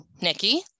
Nikki